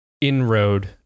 inroad